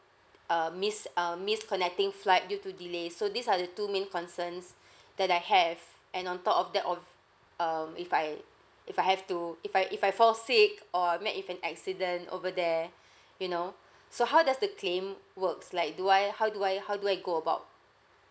err missed err missed connecting flight due to delay so these are the two main concerns that I have and on top of that of um if I if I have to if I if I fall sick or I met with an accident over there you know so how does the claim works like do I how do I how do I go about